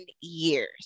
years